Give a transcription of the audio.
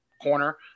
corner